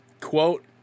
Quote